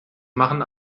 machen